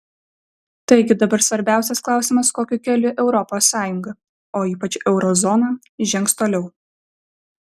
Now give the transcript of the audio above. taigi dabar svarbiausias klausimas kokiu keliu europos sąjunga o ypač euro zona žengs toliau